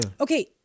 Okay